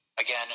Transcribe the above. again